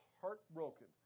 heartbroken